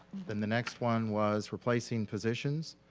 then the next one was replacing positions,